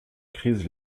crise